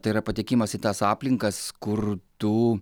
tai yra patekimas į tas aplinkas kur tu